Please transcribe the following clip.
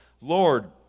Lord